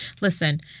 listen